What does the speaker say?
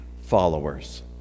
followers